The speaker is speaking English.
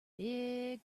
big